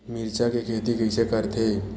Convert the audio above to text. मिरचा के खेती कइसे करथे?